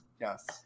Yes